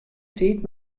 tiid